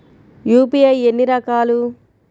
UPI ఎన్ని రకాలు?